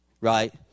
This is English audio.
right